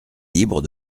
libre